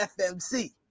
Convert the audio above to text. FMC